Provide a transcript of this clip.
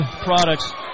products